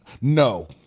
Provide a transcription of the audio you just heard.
No